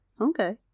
Okay